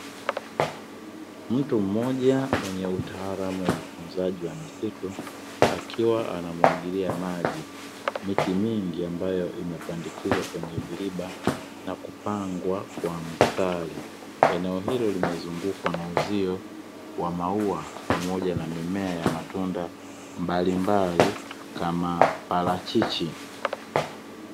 Mtu mmoja mwenye utaalamu wa utunzaji wa misitu akiwa anamwagilia maji miti mingi ambayo imepandikizwa kwenye viriba na kupangwa kwa mstari. Eneo hilo limezungukwa na uzio wa maua pamoja na mimea ya matunda mbalimbali kama parachichi.